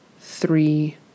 three